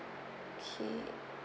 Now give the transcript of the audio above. okay